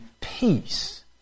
peace